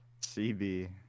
CB